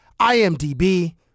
IMDB